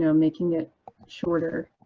you know making it shorter?